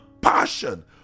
passion